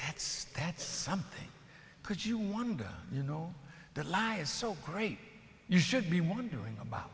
that's that's something could you wonder you know the lie is so great you should be wondering about